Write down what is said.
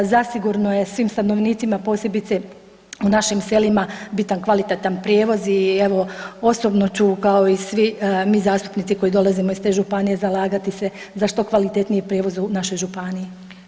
Zasigurno je svim stanovnicima posebice u našim selima bitan kvalitetan prijevoz i evo osobno ću kao i svi mi zastupnici koji dolazimo iz te županije zalagati se za što kvalitetniji prijevoz u našoj županiji.